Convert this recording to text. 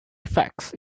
effects